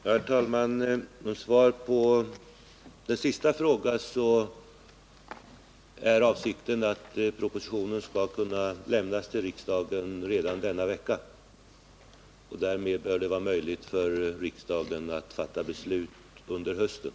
Herr talman! Som svar på den sista frågan kan jag meddela att avsikten är att propositionen skall lämnas till riksdagen redan denna vecka. Därmed bör det vara möjligt för riksdagen att fatta beslut under hösten.